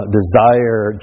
desire